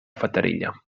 fatarella